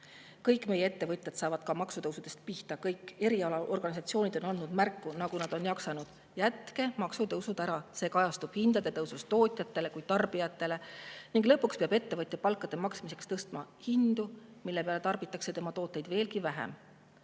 mõju. Kõik meie ettevõtjad saavad ka maksutõusudega pihta. Kõik erialaorganisatsioonid on andnud märku, nagu nad on jaksanud: jätke maksutõusud ära! See kajastub hindade tõusus nii tootjatele kui tarbijatele ning lõpuks peab ettevõtja palkade maksmiseks tõstma hindu, mille peale tarbitakse tema tooteid veelgi